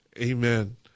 Amen